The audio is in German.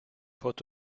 port